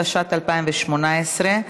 התשע"ט 2018,